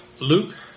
Luke